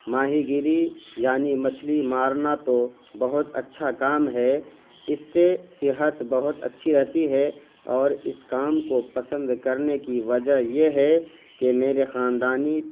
ماہی گیری یعنی مچھلی مارنا تو بہت اچھا کام ہے اس سے صحت بہت اچھی رہتی ہے اور اس کام کو پسند کرنے کی وجہ یہ ہے کہ میرے خاندانی